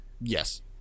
yes